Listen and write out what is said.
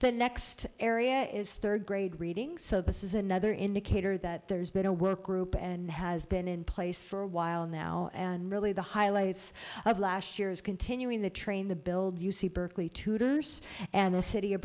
the next area is third grade reading so this is another indicator that there's been a work group and has been in place for a while now and really the highlights of last year is continuing the train the build u c berkeley tutors and the city of